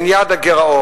בין יעד הגירעון,